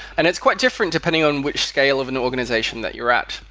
and it's quite different depending on which scale of an organization that you're at.